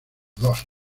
dos